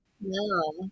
No